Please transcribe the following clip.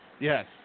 Yes